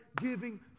giving